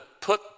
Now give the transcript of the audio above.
put